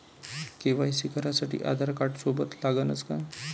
KYC करासाठी आधारकार्ड सोबत लागनच का?